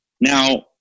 Now